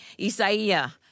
Isaiah